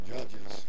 Judges